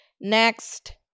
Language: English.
Next